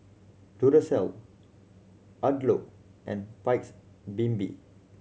Duracell Odlo and Paik's Bibim